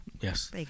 Yes